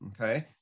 Okay